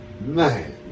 Man